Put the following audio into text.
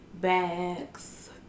bags